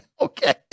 Okay